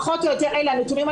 פחות או יותר אלה הנתונים.